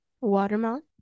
Watermelon